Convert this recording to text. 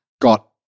got